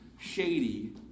shady